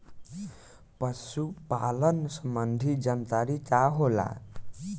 पशु पालन संबंधी जानकारी का होला?